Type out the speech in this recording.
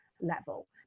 level